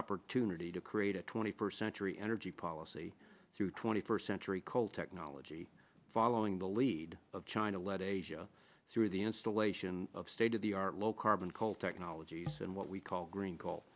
opportunity to create a twenty first century energy policy through twenty first century coal technology following the lead of china led asia through the installation of state of the art low carbon coal technologies and what we call green coal